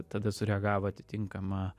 tada sureagavo atitinkama